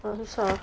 producer